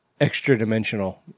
extra-dimensional